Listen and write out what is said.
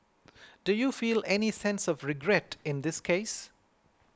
do you feel any sense of regret in this case